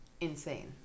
insane